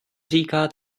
říká